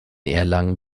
erlangen